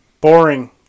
boring